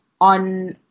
on